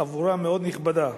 חבורה מאוד נכבדה.